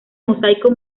mosaico